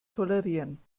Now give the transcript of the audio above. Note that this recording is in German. tolerieren